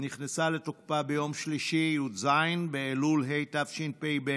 נכנסה לתוקפה ביום שלישי, י"ז באלול התשפ"ב,